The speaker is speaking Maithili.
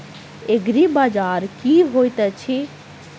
एग्रीबाजार की होइत अछि?